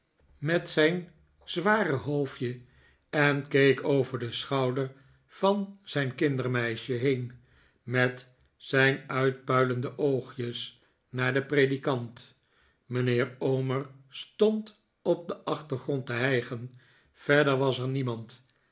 met zijn zware hoofdje en keek over den schouder van zijn kindermeisje heen met zijn uitpuilende oogjes naar den predikant mijnheer omer stond op den achtergrond te hijgen verder was er niemand